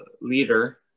leader